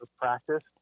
practice